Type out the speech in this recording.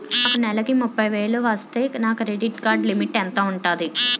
నాకు నెలకు ముప్పై వేలు వస్తే నా క్రెడిట్ కార్డ్ లిమిట్ ఎంత ఉంటాది?